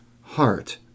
heart